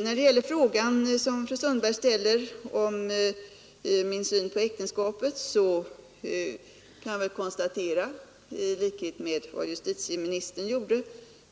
När det gäller fru Sundbergs fråga om min syn på äktenskapet måste jag väl konstatera i likhet med vad justitieministern gjorde,